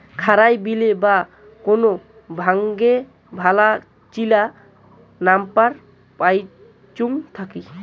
খারাই বিলে বা কোন গাঙে ভালা চিকা নাম্পার পাইচুঙ থাকি